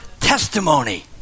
testimony